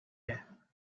air